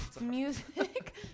music